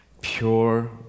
Pure